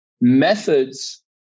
Methods